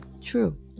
true